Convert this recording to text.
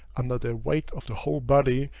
under the weight of the whole body,